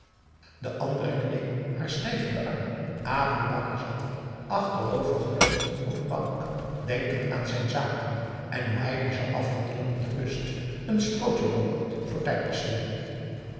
de andere kneep haar stijf in den arm aboe bakar zat er achterover geleund op een bank denkend aan zijn zaken en hoe hij die zou afhandelen op de kust een strootje rookend voor